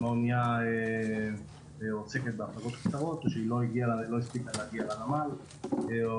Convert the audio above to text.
אם האנייה שעוסקת בהפלגות קצרות או שהיא לא הספיק להגיע לנמל או